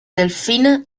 delfina